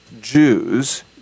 Jews